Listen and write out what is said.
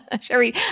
Sherry